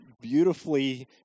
beautifully